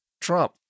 Trump